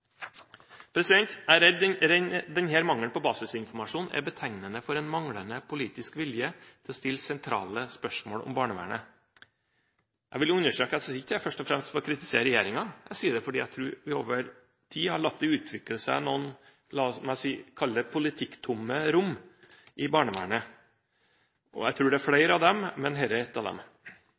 Jeg er redd for at denne mangelen på basisinformasjon er betegnende for en manglende politisk vilje til å stille sentrale spørsmål om barnevernet. Jeg vil understreke at jeg ikke sier dette først og fremst for å kritisere regjeringen. Jeg sier det fordi jeg tror vi over tid har latt det utvikle seg noen – la meg kalle det – politikktomme rom i barnevernet. Jeg tror det er flere av dem, men dette er ett av dem.